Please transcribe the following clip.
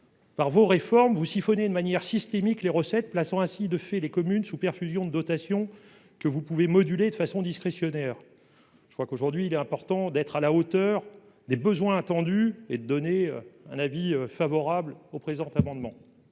Par vos réformes, vous siphonnez de manière systémique leurs recettes, plaçant ainsi les communes sous perfusion de dotations, que vous pouvez moduler de façon discrétionnaire. Je crois qu'il est important aujourd'hui d'être à la hauteur des besoins, ce qui suppose d'émettre un avis favorable sur notre amendement.